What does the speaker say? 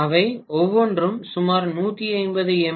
அவை ஒவ்வொன்றும் சுமார் 150 எம்